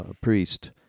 priest